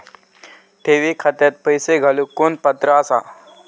ठेवी खात्यात पैसे घालूक कोण पात्र आसा?